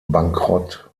bankrott